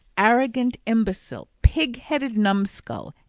arrogant imbecile, pig-headed numskull,